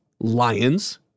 Lions